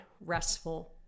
restful